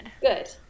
Good